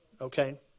okay